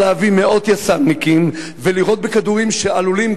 להביא מאות יס"מניקים ולירות בכדורים שעלולים,